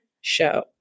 show